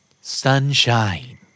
Sunshine